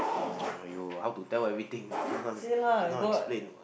!aiyo! how to tell everything sometime cannot explain